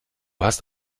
hast